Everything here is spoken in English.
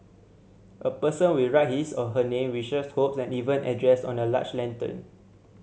a person will write his or her name wishes hopes and even address on a large lantern